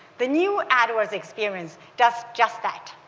the new adwords experience does just that.